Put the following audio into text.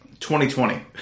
2020